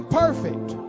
perfect